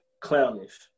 clownish